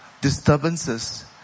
disturbances